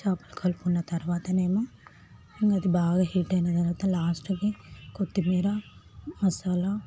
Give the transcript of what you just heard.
చేపలు కలుపుకున్న తర్వాతనేమో ఇంక అది బాగా హీట్ అయిన తర్వాత లాస్ట్కి కొత్తిమీర మసాలా